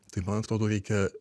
tai man atrodo reikia